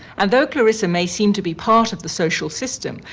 and though clarissa may seem to be part of the social system,